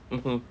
mmhmm